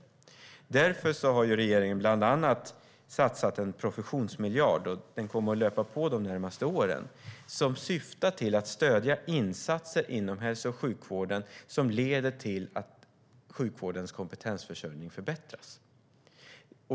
Därför har regeringen bland annat satsat en professionsmiljard, som kommer att löpa på under de närmaste åren, som syftar till att stödja insatser inom hälso och sjukvården som leder till att sjukvårdens kompetensförsörjning förbättras.